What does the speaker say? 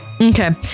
Okay